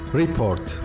report